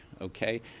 okay